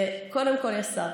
קודם כול יש שר,